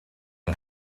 yng